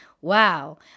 wow